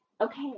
Okay